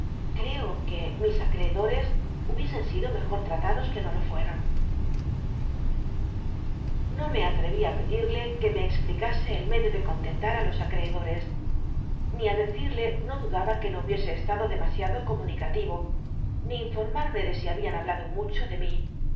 i'co que mis acreedores hubiesen sido negocios c que no lo fueron no me atreví á pedirle que me explicase el medio alre'i no me acreedores ni i decirle no dulos í ll de contcnl estado demasiado comunicatihubiese no daba que de si habían hablado mu ho de mi